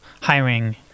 hiring